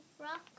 rock